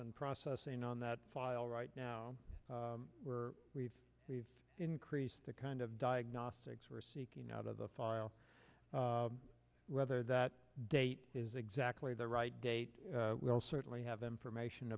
and processing on that file right now we're we've we've increased the kind of diagnostics we're seeking out of the file whether that date is exactly the right date we'll certainly have information